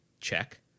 check